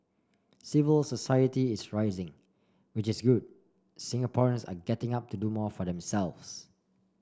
civil society is rising which is good Singaporeans are getting up to do more for themselves